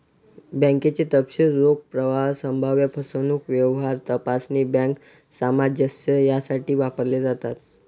बँकेचे तपशील रोख प्रवाह, संभाव्य फसवणूक, व्यवहार तपासणी, बँक सामंजस्य यासाठी वापरले जातात